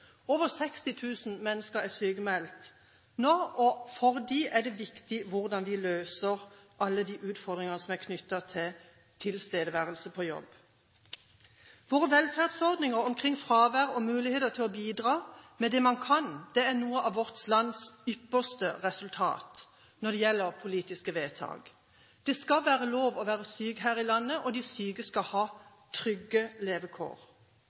Over 60 000 mennesker er sykmeldte nå, og for dem er det viktig hvordan vi løser alle de utfordringene som er knyttet til tilstedeværelse på jobb. Våre velferdsordninger omkring fravær og muligheter til å bidra med det man kan, er noe av vårt lands ypperste resultater når det gjelder politiske vedtak. Det skal være lov å være syk her i landet, og de syke skal ha trygge levekår.